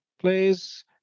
please